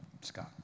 Scott